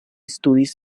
studis